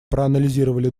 проанализировали